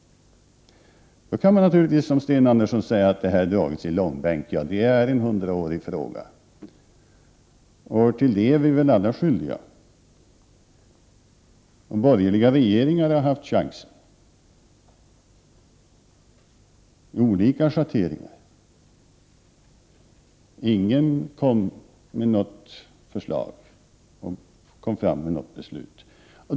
Man kan naturligtvis, som Sten Andersson, säga att frågan dragits i långbänk. Ja, det är en hundraårig fråga. Till det är vi alla skyldiga. De borgerliga regeringarna har haft chansen, i olika schatteringar. Ingen kom med något förslag som ledde till beslut.